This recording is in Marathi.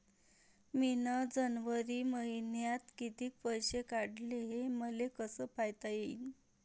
मिन जनवरी मईन्यात कितीक पैसे काढले, हे मले कस पायता येईन?